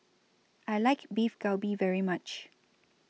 I like Beef Galbi very much